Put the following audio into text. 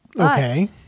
Okay